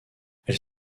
elle